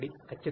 ఖచ్చితంగా